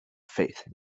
faith